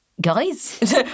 guys